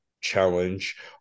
challenge